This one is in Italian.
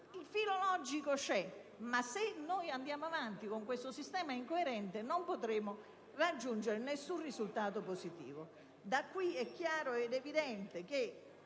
Il filo logico c'è; ma, se andiamo avanti con questo sistema incoerente, non potremo raggiungere alcun risultato positivo. Da ciò è chiaro ed evidente che